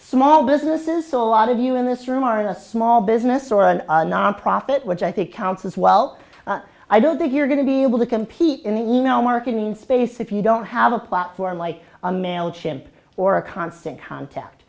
small businesses so a lot of you in this room are in a small business or a nonprofit which i think counts as well i don't think you're going to be able to compete in the you know marketing space if you don't have a platform like a mail ship or a constant contact